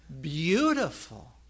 beautiful